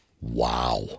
Wow